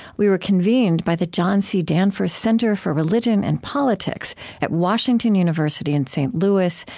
we were convened by the john c. danforth center for religion and politics at washington university in st. louis,